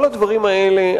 כל הדברים האלה,